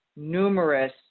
Numerous